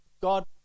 god